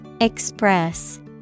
Express